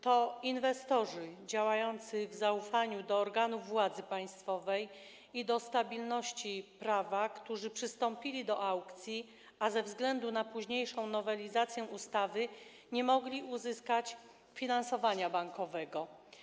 To inwestorzy działający w zaufaniu do organów władzy państwowej i do stabilności prawa, którzy przystąpili do aukcji, a ze względu na późniejszą nowelizację ustawy nie mogli uzyskać finansowania bankowego.